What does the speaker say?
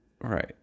Right